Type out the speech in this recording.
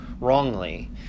wrongly